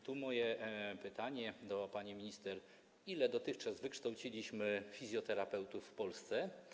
Stąd moje pytanie do pani minister: Ilu dotychczas wykształciliśmy fizjoterapeutów w Polsce?